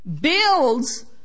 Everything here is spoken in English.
builds